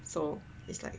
so it's like